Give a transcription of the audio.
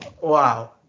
Wow